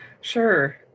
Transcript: Sure